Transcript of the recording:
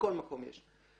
בכל מקום יש.